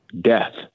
death